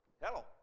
Hello